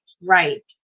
right